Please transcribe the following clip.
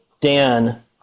Dan